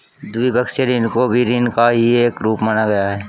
द्विपक्षीय ऋण को भी ऋण का ही एक रूप माना गया है